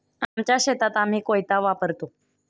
आमच्या शेतात आम्ही कोयता वापरतो